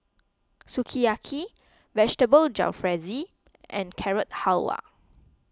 Sukiyaki Vegetable Jalfrezi and Carrot Halwa